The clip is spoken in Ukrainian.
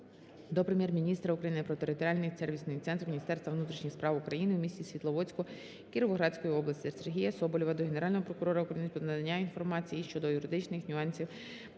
до Прем'єр-міністра України про територіальний Сервісний центр Міністерства внутрішніх справ України у місті Світловодську Кіровоградської області. Сергія Соболєва до Генерального прокурора України про надання інформації щодо юридичних нюансів